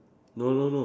no no no